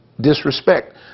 disrespect